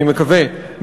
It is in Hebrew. אני מקווה,